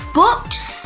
books